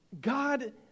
God